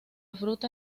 fruta